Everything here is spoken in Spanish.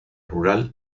rural